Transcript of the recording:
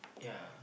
yeah